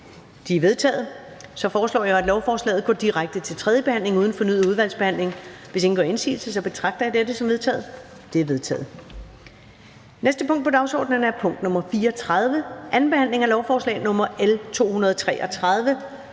De er vedtaget. Jeg foreslår, at lovforslaget går direkte til tredje behandling uden fornyet udvalgsbehandling. Hvis ingen gør indsigelse, betragter jeg dette som vedtaget. Det er vedtaget. --- Det næste punkt på dagsordenen er: 32) 2. behandling af lovforslag nr.